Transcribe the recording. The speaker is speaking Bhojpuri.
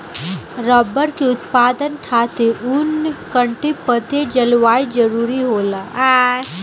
रबर के उत्पादन खातिर उष्णकटिबंधीय जलवायु जरुरी होला